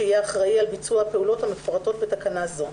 עובד שיהיה אחראי על ביצוע הפעולות המפורטות בתקנה זו,